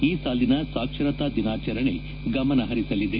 ಈ ಸಾಲಿನ ಸಾಕ್ಷರತಾ ದಿನಾಚರಣೆ ಗಮನ ಪರಿಸಲಿದೆ